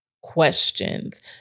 questions